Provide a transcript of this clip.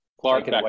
Clark